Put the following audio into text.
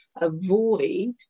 avoid